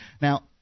Now